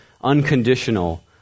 unconditional